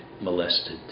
molested